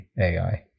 AI